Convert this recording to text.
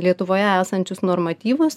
lietuvoje esančius normatyvus